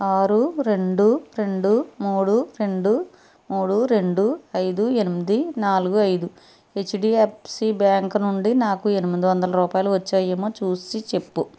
ఆరు రెండు రెండు మూడు రెండు మూడు రెండు ఐదు ఎనిమిది నాలుగు ఐదు హెచ్డిఎఫ్సి బ్యాంక్ నుండి నాకు ఎనిమిది వందల రూపాయలు వచ్చాయేమో చూసి చెప్పు